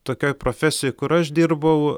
tokioj profesijoj kur aš dirbau